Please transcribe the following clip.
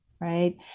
right